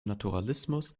naturalismus